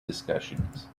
discussions